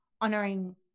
honoring